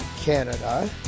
Canada